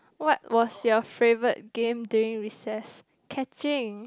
what was your favorite game during recess catching